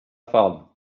fall